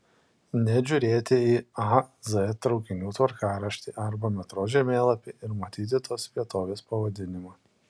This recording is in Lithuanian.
net žiūrėti į a z traukinių tvarkaraštį arba metro žemėlapį ir matyti tos vietovės pavadinimą